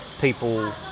people